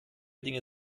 dinge